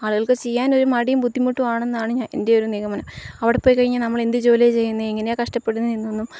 ആളുകൾക്കു ചെയ്യാൻ ഒരു മടിയും ബുദ്ധമുട്ടും ആണെന്നാണ് ഞാന് എന്റെ ഒരു നിഗമനം അവിടെ പോയിക്കഴിഞ്ഞാല് നമ്മളെന്തു ജോലിയാണു ചെയ്യുന്നേ എങ്ങനെയാണു കഷ്ടപ്പെടുന്നെ എന്നൊന്നും